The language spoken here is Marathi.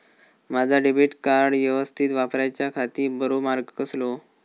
माजा डेबिट कार्ड यवस्तीत वापराच्याखाती बरो मार्ग कसलो?